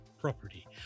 Property